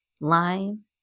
lime